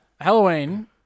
Halloween